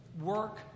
work